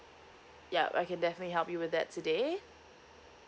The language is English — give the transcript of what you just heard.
yup I can definitely help you with that today